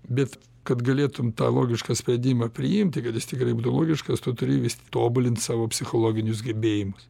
bet kad galėtum tą logišką sprendimą priimti kad jis tikrai būtų logiškas tu turi vis tobulint savo psichologinius gebėjimus